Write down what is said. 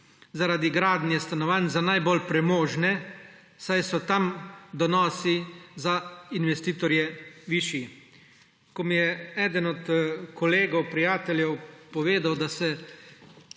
zaradi gradnje stanovanj za najbolj premožne, saj so tam donosi za investitorje višji. Ko mi je eden od kolegov, prijateljev, povedal, da se